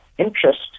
Interest